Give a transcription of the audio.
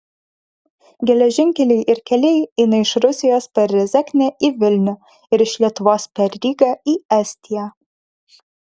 geležinkeliai ir keliai eina iš rusijos per rezeknę į vilnių ir iš lietuvos per rygą į estiją